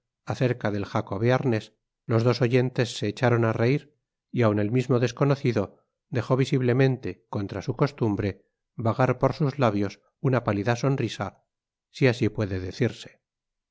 acerca del jaco bearnés los dos oyentes se echaron á reir y aun el mismo desconocido dejó visiblemente contra su costumbre vagar por sus lábios una pálida sonrisa si asi puede decirse